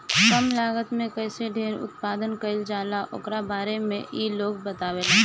कम लागत में कईसे ढेर उत्पादन कईल जाला ओकरा बारे में इ लोग बतावेला